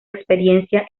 experiencia